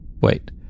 Wait